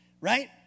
right